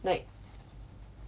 like